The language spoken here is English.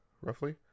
roughly